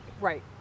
right